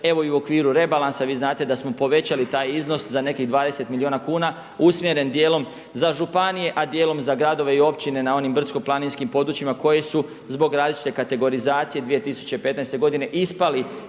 evo i u okviru rebalansa vi znate da smo povećali taj iznos za nekih 20 milijuna kuna usmjeren dijelom za županije, a dijelom za gradove i općine na onim brdsko-planinskim područjima koji su zbog različite kategorizacije 2015. godine ispali